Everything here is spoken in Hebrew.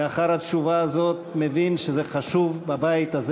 לאחר התשובה הזאת מבין שזה חשוב בבית הזה,